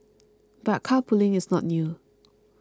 but carpooling is not new